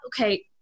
Okay